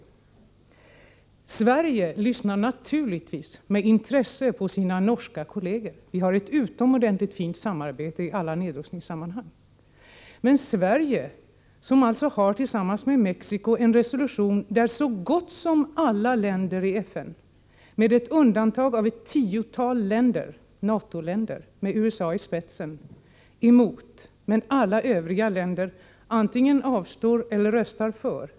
Sverige lyssnar naturligtvis med intresse på sina norska kolleger. Vi har ett utomordentligt fint samarbete i alla nedrustningssammanhang. Sverige har tillsammans med Mexico en resolution i FN, som endast ett tiotal NATO-länder med USA i spetsen går emot, men som alla övriga länder antingen stöder eller avstår från att rösta om.